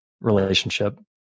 relationship